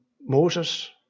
Moses